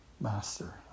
Master